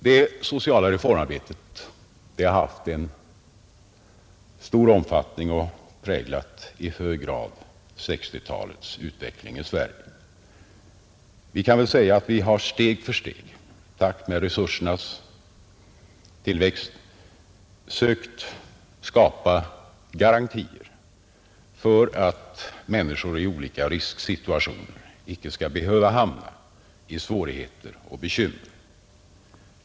Det sociala reformarbetet har haft stor omfattning och i hög grad präglat 1960-talets utveckling i Sverige. Vi kan väl säga att vi steg för steg i takt med resursernas tillväxt har sökt skapa garantier för att människor i olika risksituationer inte skall behöva hamna i svårigheter och bekymmer.